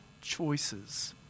choices